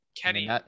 Kenny